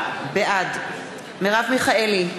בעד מרב מיכאלי,